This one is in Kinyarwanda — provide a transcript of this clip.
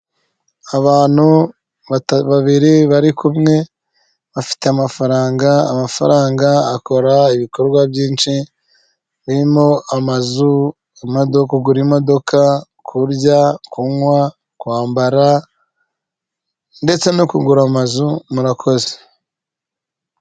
Abantu babiri barikumwe bafite amafaranga ,amafaranga akora ibikorwa byinshi birimo amazu, kugura imodoka, kurya ,kunywa ,kwambara ndetse no kugura amazu murakoze .